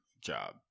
job